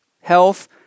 health